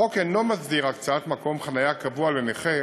החוק אינו מסדיר הקצאת מקום חניה קבוע לנכה